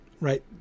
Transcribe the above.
right